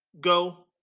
go